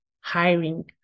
hiring